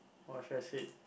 or should I said